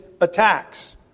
attacks